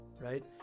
Right